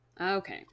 okay